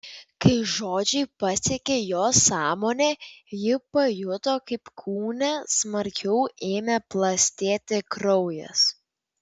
kai žodžiai pasiekė jos sąmonę ji pajuto kaip kūne smarkiau ėmė plastėti kraujas